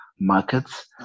markets